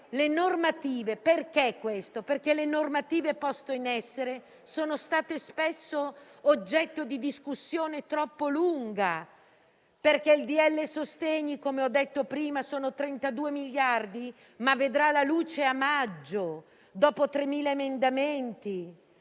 perché le normative poste in essere sono state spesso oggetto di una discussione troppo lunga; perché il decreto sostegni - come ho detto prima - stanzia risorse per 32 miliardi, ma vedrà la luce a maggio, dopo 3.000 emendamenti;